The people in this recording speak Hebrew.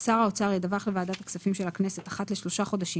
שר האוצר ידווח לוועדת הכספים של הכנסת אחת לשלושה חודשים,